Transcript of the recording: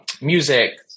music